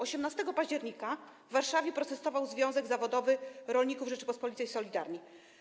18 października w Warszawie protestował Związek Zawodowy Rolników Rzeczpospolitej Solidarni.